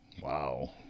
Wow